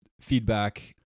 feedback